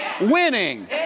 winning